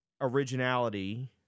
originality